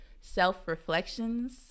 self-reflections